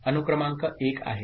अनुक्रमांक 1 आहे